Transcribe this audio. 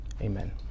Amen